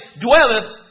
dwelleth